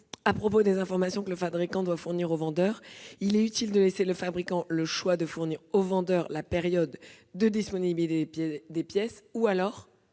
concerne les informations que le fabricant doit fournir au vendeur : il est utile de laisser au fabricant le choix d'indiquer au vendeur la période de disponibilité des pièces ou alors